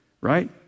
right